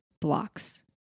blocks